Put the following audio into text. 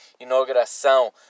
Inauguração